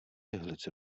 jehlice